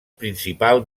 principal